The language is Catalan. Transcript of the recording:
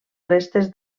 restes